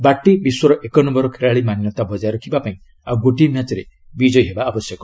ବାର୍ଟି ବିଶ୍ୱର ଏକ ନମ୍ଘର ଖେଳାଳି ମାନ୍ୟତା ବକାୟ ରଖିବା ପାଇଁ ଆଉ ଗୋଟିଏ ମ୍ୟାଚ୍ରେ ବିଜୟୀ ହେବା ଆବଶ୍ୟକ